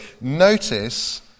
Notice